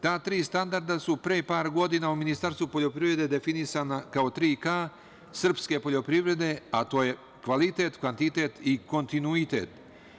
Ta tri standarda su pre par godina u Ministarstvu poljoprivrede definisana kao 3K srpske poljoprivrede, a to je kvalitet, kvantitet i kontinuitet.